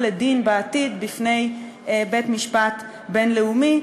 לדין בעתיד בפני בית-משפט בין-לאומי.